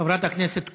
חברת הכנסת קורן.